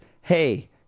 hey